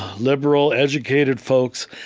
liberal, educated folks,